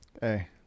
Hey